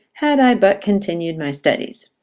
had i but continued my studies.